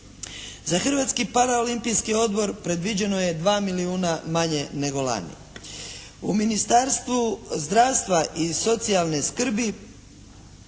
Za Hrvatski para olimpijski odbor predviđeno je dva milijuna manje nego lani. U Ministarstvu zdravstva i socijalne skrbi